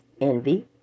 envy